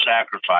sacrifice